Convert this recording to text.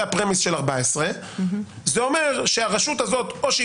זה ה-premise של 14. זה אומר שהרשות הזאת או שהיא